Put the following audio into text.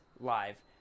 Live